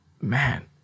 man